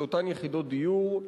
של אותן יחידות דיור,